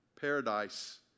Paradise